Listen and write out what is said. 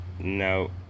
No